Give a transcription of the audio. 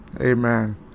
Amen